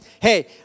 hey